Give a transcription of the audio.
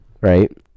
right